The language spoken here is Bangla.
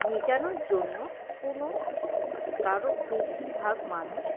মেটানোর জন্য কোনো বেশিরভাগ মানুষ